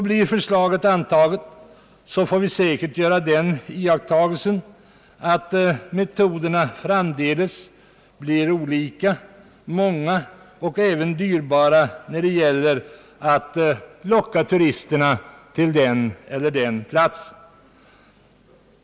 Blir förslaget antaget får vi säkert göra den iakttagelsen att metoderna framdeles blir olika, blir många och även dyrbara, när det gäller att locka turister till den eller den platsen.